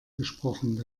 gesprochen